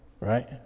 Right